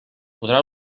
podrà